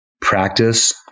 practice